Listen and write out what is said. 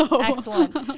Excellent